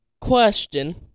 question